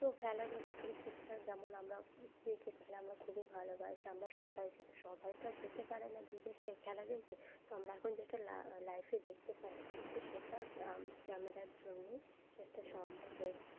তো খেলাধুলা ক্রিকেটটা যেমন আমরা ক্রিকেট খেলা আমরা খুবই ভালোবাসি আমরা সবাই যে তো সবাই তো আর যেতে পারে না বিদেশে খেলা দেখতে তো আমরা এখন যেটা লা লাইভে দেখতে পাচ্ছি তো সেটা ক্যামেরার জন্যই সেটা সম্ভব হয়েছে